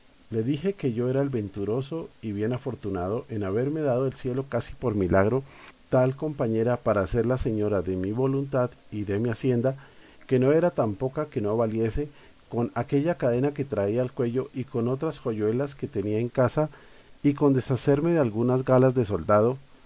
le dije q ue yo era el venturoso y bien afortunado en haberme dado el cielo casi por milagro tal compañera para hacerla señora de mi voluntad y de mi hacienda que no era tan poca que no valiese con aquella cadena que traía al cuello y con otr as joyuelas que tenía en casa y con deshacerme de algunas galas de soldado